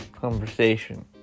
conversation